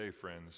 friends